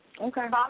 Okay